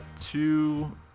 two